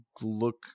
look